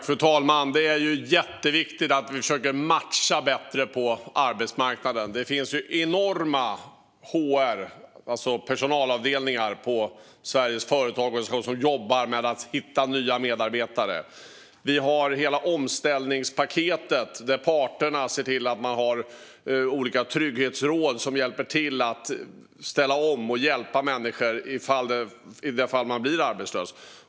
Fru talman! Det är jätteviktigt att vi försöker matcha bättre på arbetsmarknaden. Det finns enorma HR-avdelningar, personalavdelningar, på Sveriges företag som jobbar med att hitta nya medarbetare. Vi har hela omställningspaketet, där parterna ser till att ha olika trygghetsråd som hjälper människor att ställa om i de fall de blir arbetslösa.